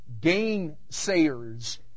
gainsayers